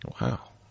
Wow